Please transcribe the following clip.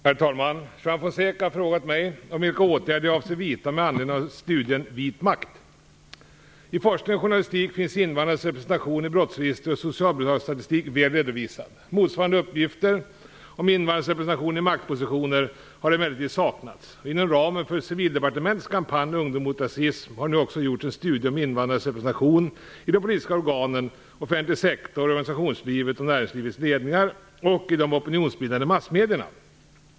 Herr talman! Juan Fonseca har frågat mig vilka åtgärder jag avser vidta med anledning av studien "Vit makt?". I forskning och journalistik finns invandrares representation i brottsregister och socialbidragsstatistik väl redovisad. Motsvarande uppgifter om invandrares representation i maktpositioner har emellertid saknats. "Ungdom mot rasism" har nu också gjorts en studie om invandrares representation i de politiska organen, inom offentlig sektor, i organisationslivets och näringslivets ledningar och i de opinionsbildande massmedierna.